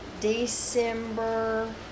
December